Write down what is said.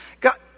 God